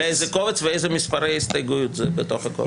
מספר --- לאיזה קובץ ואיזה מספרי הסתייגויות זה בתוך הקובץ.